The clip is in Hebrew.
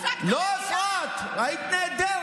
לא הפסקת, לא הפרעת, היית נהדרת.